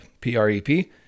P-R-E-P